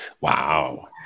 Wow